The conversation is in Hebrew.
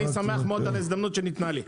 אני שמח מאוד על ההזדמנות שניתנה לי.